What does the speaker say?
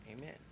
Amen